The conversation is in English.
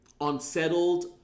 unsettled